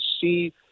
see